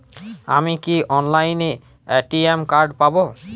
আমি কি অনলাইনে এ.টি.এম কার্ড পাব?